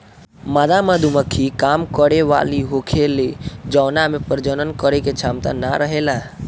मादा मधुमक्खी काम करे वाली होखेले जवना में प्रजनन करे के क्षमता ना रहेला